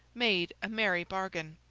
made a merry bargain.